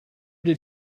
did